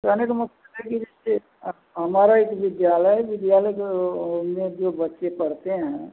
कहने का मतलब है कि जैसे हमारा एक विद्यालय है विद्यालय के ओमें जो बच्चे पढ़ते हैं